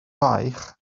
baich